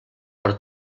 per